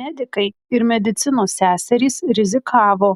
medikai ir medicinos seserys rizikavo